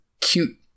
cute